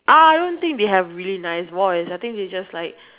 I don't think they have really nice voice I think they just like